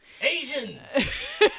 Asians